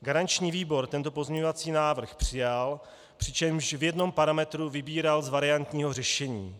Garanční výbor tento pozměňovací návrh přijal, přičemž v jednom parametru vybíral z variantního řešení.